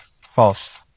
False